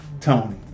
Tony